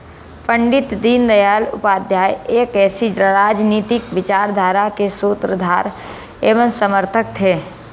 पण्डित दीनदयाल उपाध्याय एक ऐसी राजनीतिक विचारधारा के सूत्रधार एवं समर्थक थे